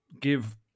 give